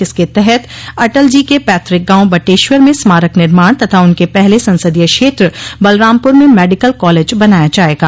जिसके तहत अटल जी के पैतृक गांव बटेश्वर में स्मारक निर्माण तथा उनके पहले संसदीय क्षेत्र बलरामपुर में मेडिकल कॉलेज बनाया जायेगा